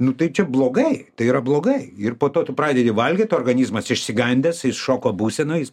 nu tai čia blogai tai yra blogai ir po to tu pradedi valgyt organizmas išsigandęs jis šoko būsenoj jis